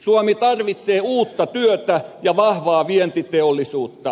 suomi tarvitsee uutta työtä ja vahvaa vientiteollisuutta